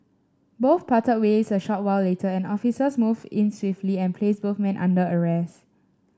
both parted ways a short while later and officers moved in swiftly and placed both men under arrest